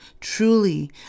Truly